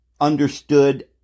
understood